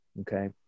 Okay